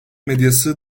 medyası